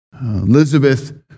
Elizabeth